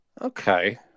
Okay